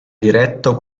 diretto